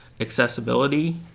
accessibility